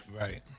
Right